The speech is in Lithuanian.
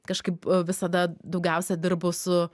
kažkaip visada daugiausia dirbu su